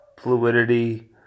fluidity